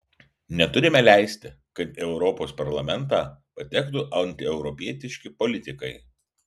neturime leisti kad į europos parlamentą patektų antieuropietiški politikai